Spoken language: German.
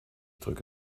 drücke